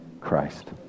Christ